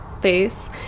face